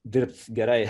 dirbt gerai